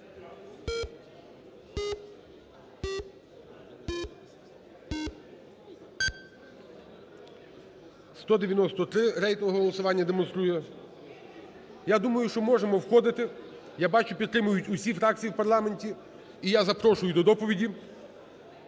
За-193 Рейтингове голосування демонструє. Я думаю, що можемо входити. Я бачу, підтримують усі фракції в парламенті. І я запрошую до доповіді